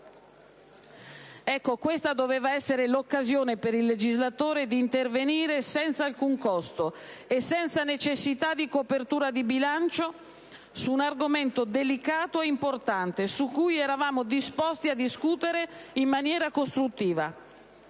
Ecco, questa avrebbe dovuto essere l'occasione per il legislatore di intervenire senza alcun costo, quindi senza necessità di copertura di bilancio, su un argomento delicato e importante, sul quale eravamo disposti a discutere in maniera costruttiva,